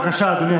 בבקשה, אדוני השר.